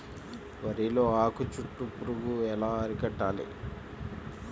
వరిలో ఆకు చుట్టూ పురుగు ఎలా అరికట్టాలి?